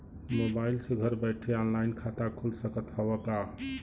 Mobile से घर बैठे ऑनलाइन खाता खुल सकत हव का?